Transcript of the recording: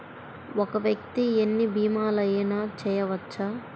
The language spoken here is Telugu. ఒక్క వ్యక్తి ఎన్ని భీమలయినా చేయవచ్చా?